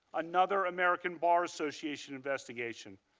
another american bar association investigation.